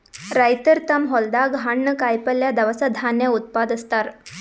ರೈತರ್ ತಮ್ಮ್ ಹೊಲ್ದಾಗ ಹಣ್ಣ್, ಕಾಯಿಪಲ್ಯ, ದವಸ ಧಾನ್ಯ ಉತ್ಪಾದಸ್ತಾರ್